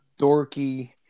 dorky